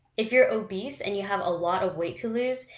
if you're obese, and you have a lot of weight to lose,